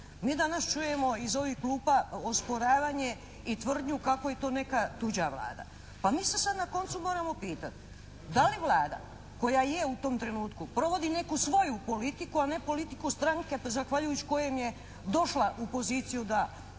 Mi danas čujemo iz ovih klupa osporavanje i tvrdnju kako je to neka tuđa Vlada. Pa mi se sad na koncu moramo pitati da li Vlada koja je u tom trenutku, provodi neku svoju politiku a ne politiku stranke zahvaljujući kojem je došla da